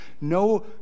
no